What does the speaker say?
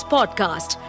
Podcast